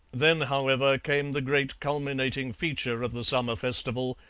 then, however, came the great culminating feature of the summer festival,